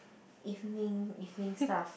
evening evening stuff